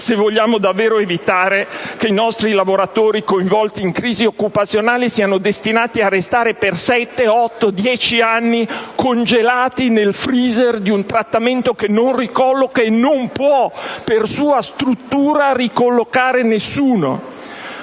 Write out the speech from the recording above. se vogliamo davvero evitare che i nostri lavoratori coinvolti in crisi occupazionali siano destinati a restare per sette, otto, dieci anni congelati nel *freezer* di un trattamento che non ricolloca e non può per sua struttura ricollocare nessuno.